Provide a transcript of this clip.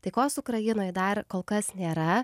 taikos ukrainoje dar kol kas nėra